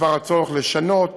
בדבר הצורך לשנות,